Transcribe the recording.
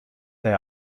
they